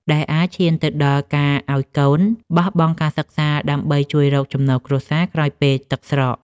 ដែលអាចឈានទៅដល់ការឱ្យកូនបោះបង់ការសិក្សាដើម្បីជួយរកចំណូលគ្រួសារក្រោយពេលទឹកស្រក។